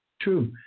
true